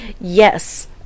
Yes